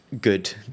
good